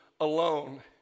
alone